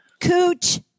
cooch